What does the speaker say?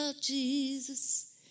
Jesus